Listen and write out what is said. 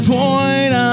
point